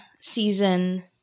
season –